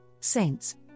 saints